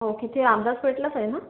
okay ते रामदास पेठलाच आहे ना